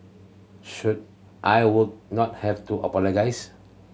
so I would not have to apologise